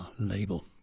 label